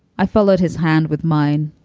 i followed his hand with mine.